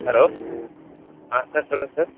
hello ஆ sir சொல்லுங்க sir